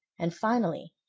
and finally,